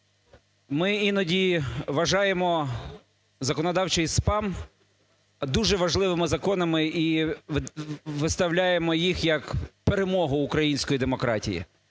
Ми іноді вважаємо законодавчий спам дуже важливими законами і виставляємо їх як перемогу української демократії.